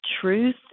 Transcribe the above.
truth